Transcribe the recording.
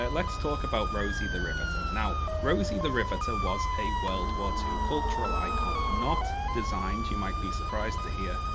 ah let's talk about rosie the riveter. now, rosie the riveter was a world war ii cultural icon. not designed, you might be surprised to hear,